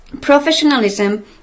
professionalism